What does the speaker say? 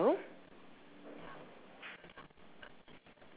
hello